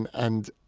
and and